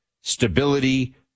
stability